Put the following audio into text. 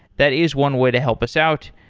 that is one way to help us out,